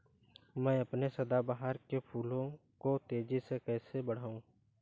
मैं अपने सदाबहार के फूल को तेजी से कैसे बढाऊं?